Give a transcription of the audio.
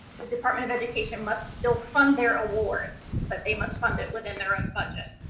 the department of education must still fund their awards, but they must fund it within their own budget.